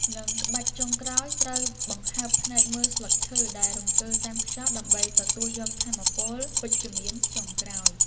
និងក្បាច់ចុងក្រោយ ត្រូវបង្ហើបភ្នែកមើលស្លឹកឈើដែលរង្គើតាមខ្យល់ ដើម្បីទទួលយកថាមពលវិជ្ជមានចុងក្រោយ។